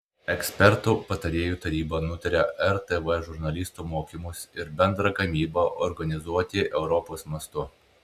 ekspertų patarėjų taryba nutarė rtv žurnalistų mokymus ir bendrą gamybą organizuoti europos mastu